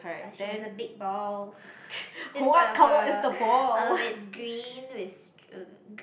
but she has a big ball in front of her um it's green with st~ um